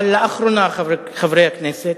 אבל לאחרונה, חברי הכנסת,